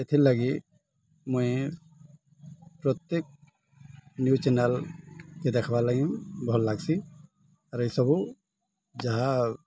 ଏଥିର୍ ଲାଗି ମୁଇଁ ପ୍ରତ୍ୟେକ ନ୍ୟୁଜ୍ ଚ୍ୟାନେଲ୍ କେ ଦେଖ୍ବାର୍ ଲାଗି ଭଲ୍ ଲାଗ୍ସି ଆର୍ ଏସବୁ ଯାହା